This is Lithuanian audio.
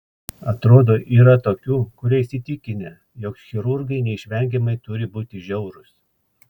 atrodo yra tokių kurie įsitikinę jog chirurgai neišvengiamai turi būti žiaurūs